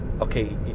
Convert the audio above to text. okay